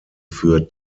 für